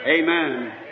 amen